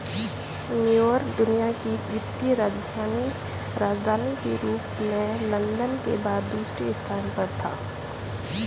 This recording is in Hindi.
न्यूयॉर्क दुनिया की वित्तीय राजधानी के रूप में लंदन के बाद दूसरे स्थान पर था